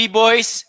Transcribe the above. boys